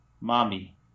Mommy